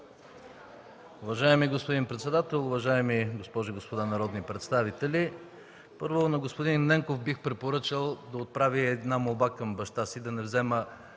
Уважаеми господин председател, уважаеми госпожи и господа народни представители! На господин Ненков бих препоръчал да отправи една молба към баща си – да не взема